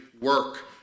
work